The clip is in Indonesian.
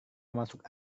masuk